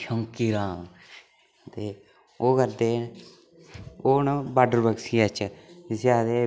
शौंकी राम ते ओह् करदे ओह् न वाटर बक्सियै च जिसी आखदे